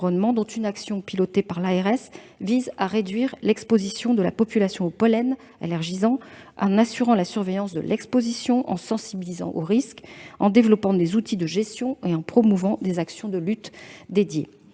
l'agence régionale de santé (ARS), vise à réduire l'exposition de la population aux pollens allergisants en assurant la surveillance de l'exposition, en sensibilisant aux risques, en développant des outils de gestion et en promouvant des actions de lutte dédiées.